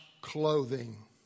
clothing